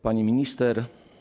Pani Minister!